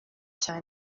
cyane